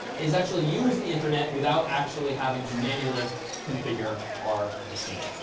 is actually use the internet without actually having to manually configure our machine.